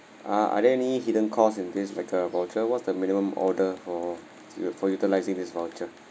ah are there any hidden cost in this like a voucher what's the minimum order for you for utilising this voucher